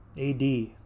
AD